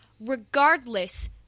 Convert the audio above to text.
regardless